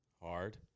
Hard